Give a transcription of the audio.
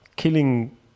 Killing